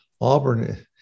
Auburn